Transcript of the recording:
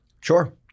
Sure